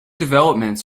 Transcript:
developments